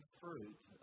fruit